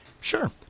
Sure